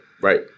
Right